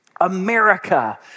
America